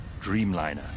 Dreamliner